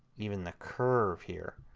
even the curve here.